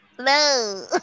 no